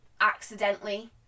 accidentally